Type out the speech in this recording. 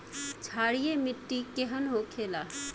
क्षारीय मिट्टी केहन होखेला?